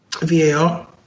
VAR